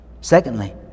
Secondly